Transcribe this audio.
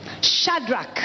Shadrach